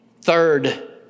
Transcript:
Third